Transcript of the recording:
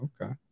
Okay